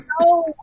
No